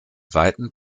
weiten